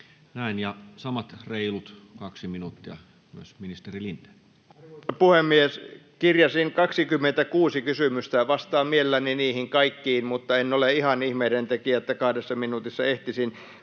Näin. — Ja samat reilut kaksi minuuttia myös, ministeri Lindén. Arvoisa puhemies! Kirjasin 26 kysymystä, ja vastaan mielelläni niihin kaikkiin, mutta en ole ihan niin ihmeidentekijä, että kahdessa minuutissa ehtisin.